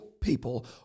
people